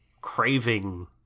craving